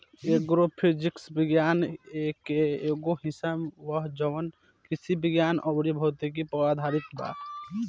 agro physics विज्ञान के एगो हिस्सा ह जवन कृषि विज्ञान अउर भौतिकी पर आधारित बा